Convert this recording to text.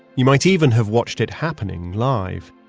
you might even have watched it happening live.